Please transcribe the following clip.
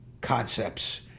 concepts